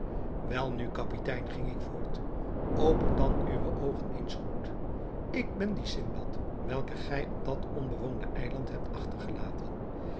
welnu kapitein ging ik voort open dan uwe oogen eens goed ik ben die sindbad welken gij op dat onbewoonde eiland hebt achtergelaten